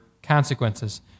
consequences